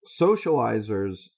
socializers